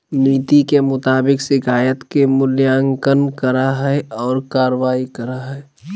नीति के मुताबिक शिकायत के मूल्यांकन करा हइ और कार्रवाई करा हइ